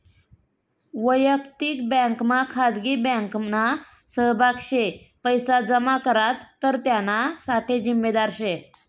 वयक्तिक बँकमा खाजगी बँकना सहभाग शे पैसा जमा करात तर त्याना साठे जिम्मेदार शे